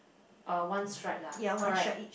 uh one stripe lah correct